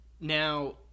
Now